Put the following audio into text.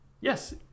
yes